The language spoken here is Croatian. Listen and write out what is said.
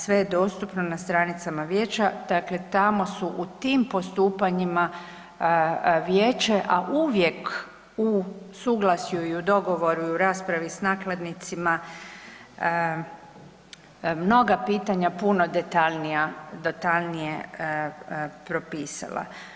Sve je dostupno na stranicama Vijeća, dakle tamo su u tim postupanjima Vijeće a uvijek u suglasju, i u dogovoru i u raspravi s nakladnicima mnoga pitanja puno detaljnije propisala.